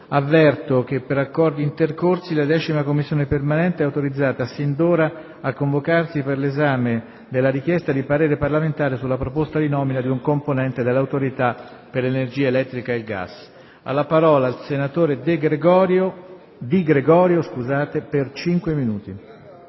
Comunico che, per accordi intercorsi, la 10ª Commissione permanente è autorizzata sin d'ora a convocarsi per l'esame della richiesta di parere parlamentare sulla proposta di nomina di un componente dell'Autorità per l'energia elettrica e il gas. **Ripresa della discussione dei